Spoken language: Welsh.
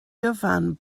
gyfan